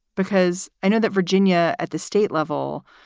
because i know that virginia at the state level,